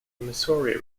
missouri